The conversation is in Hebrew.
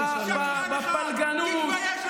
תתבייש לך.